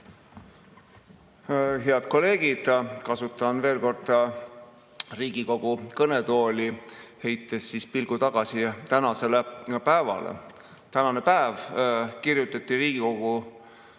Head kolleegid, kasutan veel kord Riigikogu kõnetooli, heites pilgu tagasi tänasele päevale. Tänane päev kirjutati Riigikogu